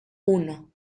uno